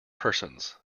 persons